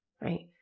right